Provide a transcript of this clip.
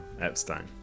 Epstein